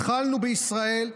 התחלנו בישראל,